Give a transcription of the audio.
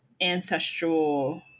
ancestral